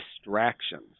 distractions